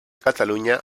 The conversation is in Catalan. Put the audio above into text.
catalunya